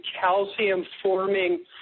calcium-forming